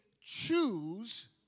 choose